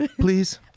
please